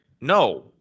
No